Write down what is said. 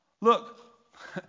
Look